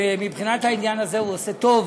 מבחינת העניין הזה הוא עושה טוב